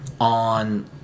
on